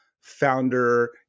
founder